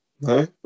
No